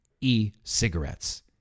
e-cigarettes